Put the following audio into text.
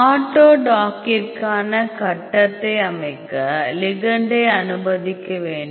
ஆட்டோடாக்கிற்கான கட்டத்தை அமைக்கப் லிங்கண்டை அனுமதிக்க வேண்டும்